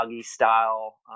style